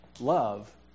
Love